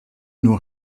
know